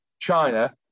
China